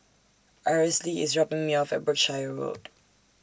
Aracely IS dropping Me off At Berkshire Road